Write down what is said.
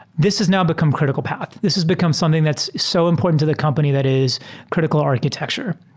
this has now become critical path. this has become something that's so important to the company that is critical architecture.